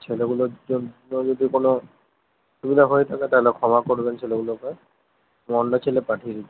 ছেলেগুলোর জন্য যদি কোনো অসুবিধা হয়ে থাকে তাহলে ক্ষমা করবেন ছেলেগুলোকে অন্য ছেলে পাঠিয়ে দিচ্ছি